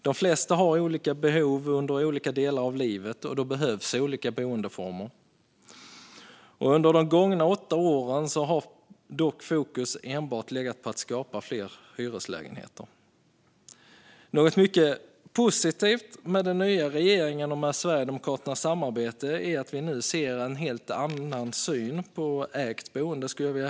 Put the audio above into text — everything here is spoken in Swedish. De flesta har olika behov under olika delar av livet, och då behövs olika boendeformer. Men under de gångna åtta åren har fokus enbart legat på att skapa fler hyreslägenheter. Något mycket positivt med den nya regeringens och Sverigedemokraternas samarbete är att vi nu får en helt annan syn på ägt boende.